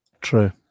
true